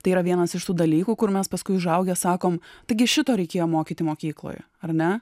tai yra vienas iš tų dalykų kur mes paskui užaugę sakom taigi šito reikėjo mokyti mokykloj ar ne